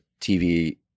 TV